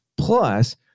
plus